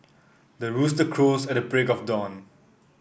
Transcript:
the rooster crows at the break of dawn